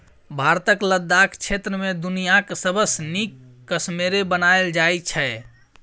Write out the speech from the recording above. भारतक लद्दाख क्षेत्र मे दुनियाँक सबसँ नीक कश्मेरे बनाएल जाइ छै